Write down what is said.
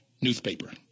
newspaper